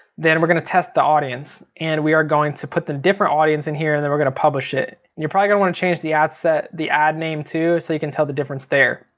then we're gonna test the audience. and we are going to put the different audience in here and then we're gonna publish it. you're probably gonna want to change the ad set, the ad name too, so you can tell the difference there,